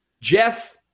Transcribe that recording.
Jeff